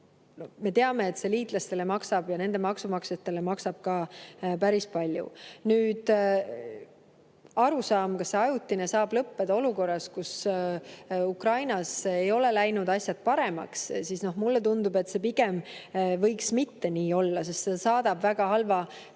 me teame, et liitlastele ja nende maksumaksjatele maksab see päris palju. Kas see ajutine [korraldus] saab lõppeda olukorras, kus Ukrainas ei ole läinud asjad paremaks, siis mulle tundub, et see pigem võiks mitte nii olla, sest see saadab väga halva